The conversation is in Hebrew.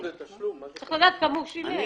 הוא צריך לדעת כמה הוא שילם.